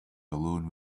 alone